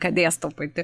ką dėstau pati